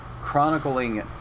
chronicling